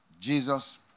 Jesus